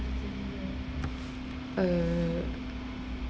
err